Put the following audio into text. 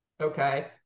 Okay